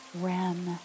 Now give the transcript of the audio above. REM